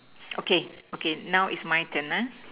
okay okay now is my turn